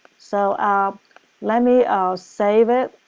so ah let me ah save it,